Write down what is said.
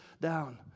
down